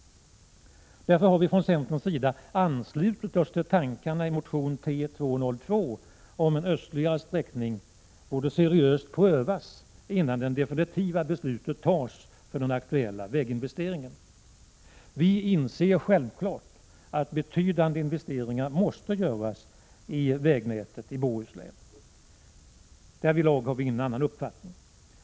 Därför har vi i centern anslutit oss till motion T202, där tanken framförs att frågan om en östligare sträckning seriöst borde prövas, innan definitivt beslut fattas om den aktuella väginvesteringen. Självfallet inser vi att betydande investeringar måste göras i det aktuella vägnätet i Bohuslän.